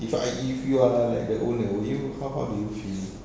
if I if you are like the owner how how do you feel